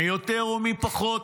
מי יותר ומי פחות.